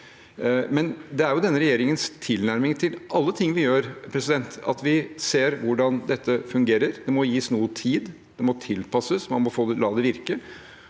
selv. Det er denne regjeringens tilnærming til alle ting vi gjør, at vi ser hvordan det fungerer. Det må gis noe tid, det må tilpasses, man må la det virke,